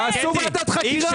תעשו ועדת חקירה.